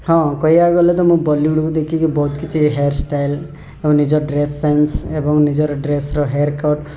ହଁ କହିବାକୁ ଗଲେ ତ ମୁଁ ବଲିଉଡ଼୍କୁ ଦେଖିକି ବହୁତ କିଛି ହେୟାରଷ୍ଟାଇଲ୍ ଏବଂ ନିଜ ଡ୍ରେସ୍ ସେନ୍ସ୍ ଏବଂ ନିଜର ଡ୍ରେସ୍ର ହେୟାର୍ କଟ୍